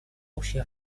общей